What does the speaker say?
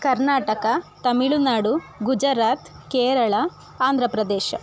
Karnataka Tamil Nadu Gujarat Kerala Andhra Pradesh